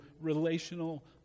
relational